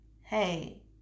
hey